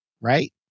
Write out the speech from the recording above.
right